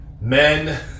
men